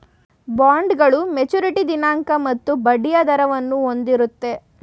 ಬಾಂಡ್ಗಳು ಮೆಚುರಿಟಿ ದಿನಾಂಕ ಮತ್ತು ಬಡ್ಡಿಯ ದರವನ್ನು ಹೊಂದಿರುತ್ತೆ